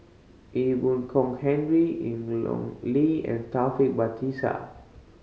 Ee Boon Kong Henry Ian Long Li and Taufik Batisah